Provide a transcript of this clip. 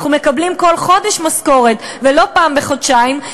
אנחנו מקבלים כל חודש משכורת ולא פעם בחודשיים,